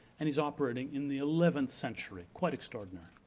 and he's operating in the eleventh century, quite extraordinary.